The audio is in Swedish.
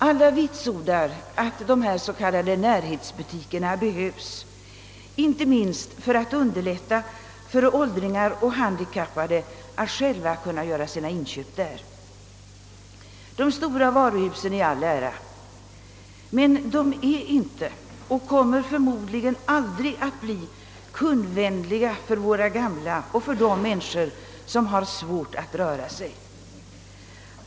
Alla vitsordar att de s.k. närhetsbutikerna behövs, inte minst för att underlätta för åldringar och handikappade att själva göra sina inköp. De stora varu husen i all ära, men de är inte och kommer förmodligen aldrig att bli kundvänliga för våra gamla och för de människor som har svårt att röra sig.